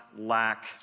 lack